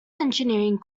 engineering